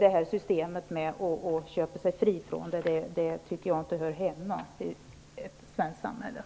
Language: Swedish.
Ett system där man kan köpa sig fri tycker jag inte hör hemma i det svenska samhället.